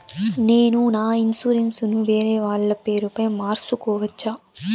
నేను నా ఇన్సూరెన్సు ను వేరేవాళ్ల పేరుపై మార్సుకోవచ్చా?